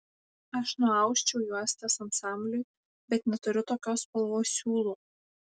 aš nuausčiau juostas ansambliui bet neturiu tokios spalvos siūlų